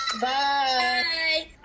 Bye